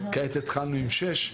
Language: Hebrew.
כעת התחלנו עם שש.